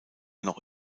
noch